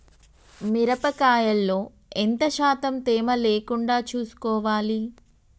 మిరప కాయల్లో ఎంత శాతం తేమ లేకుండా చూసుకోవాలి?